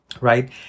Right